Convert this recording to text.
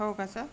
हो का सर